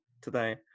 today